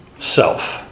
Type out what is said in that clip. self